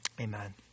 Amen